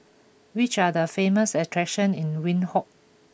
which are the famous attraction in Windhoek